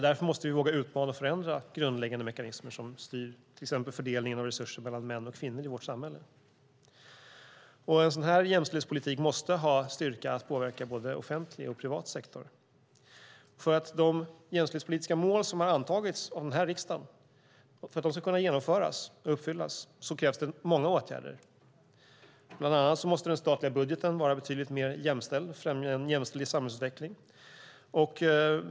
Därför måste vi våga utmana och förändra grundläggande mekanismer som styr till exempel fördelningen av resurser mellan män och kvinnor i vårt samhälle. En sådan här jämställdhetspolitik måste ha styrka att påverka både offentlig och privat sektor. För att de jämställdhetspolitiska mål som har antagits av den här riksdagen ska kunna genomföras och uppfyllas krävs det många åtgärder. Bland annat måste den statliga budgeten vara betydligt mer jämställd och främja en jämställd samhällsutveckling.